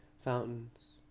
fountains